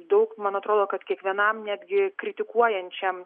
daug man atrodo kad kiekvienam netgi kritikuojančiam